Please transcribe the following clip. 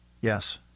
Yes